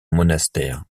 monastère